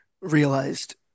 realized